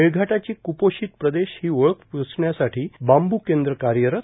मेळघाटाची कुपोषित प्रदेश ही ओळख प्सण्यासाठी बांब् केंद्र कार्यरत